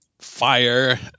Fire